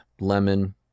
lemon